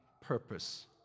purpose